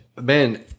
man